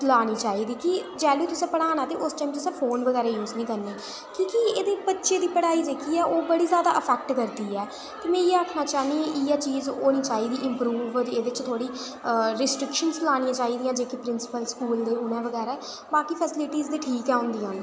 लानी चाहिदी कि जैह्ल्लूं तुसें पढ़ाना ते उस टाइम तुसें फोन बगैरा यूज निं करने की के एह्दे बच्चे दी पढ़ाई जेह्की ऐ ओह् बड़ी जैदा अफैक्ट करदी ऐ में इ'यै आखना चाह्न्नी आं इ'यै चीज होनी चाहिदी इम्प्रूव एह्दे च थोह्ड़ी रिस्ट्रिक्शनां लानियां चाही दियां जेह्की प्रिंसिपल स्कूल उ'नें बगैरा बाकी फैसीलिटियां ते ठीक गै होंदियां न